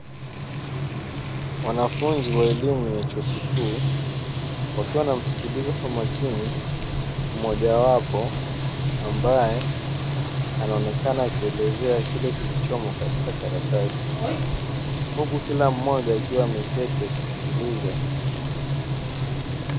Wanafunzi wa elimu ya chuo kikuu wakiwa wanasikiliza kwa makini mmoja wapo, ambaye anaonekana akielezea kile kilichomo katika karatasi, huku kila mmoja akiwa ameketi akisiliza.